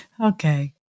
Okay